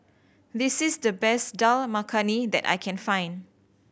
this is the best Dal Makhani that I can find